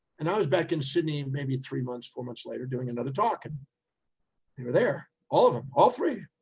and i was back in sydney, maybe three months, four months later doing another talk and they were there, all of them, all three.